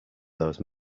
those